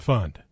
Fund